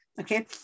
Okay